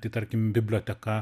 tai tarkim biblioteka